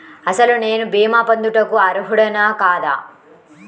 అసలు నేను భీమా పొందుటకు అర్హుడన కాదా?